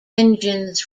engines